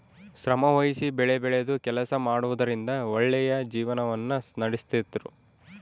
ಶ್ರಮವಹಿಸಿ ಬೆಳೆಬೆಳೆದು ಕೆಲಸ ಮಾಡುವುದರಿಂದ ಒಳ್ಳೆಯ ಜೀವನವನ್ನ ನಡಿಸ್ತಿದ್ರು